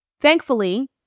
Thankfully